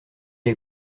est